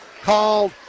called